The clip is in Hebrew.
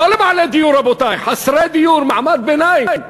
לא לבעלי דיור, רבותי, חסרי דיור, מעמד ביניים.